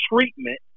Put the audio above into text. treatment